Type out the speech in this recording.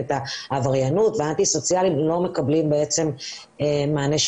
את העבריינות והאנטי-סוציאליים שלא מקבלים מענה שיקומי,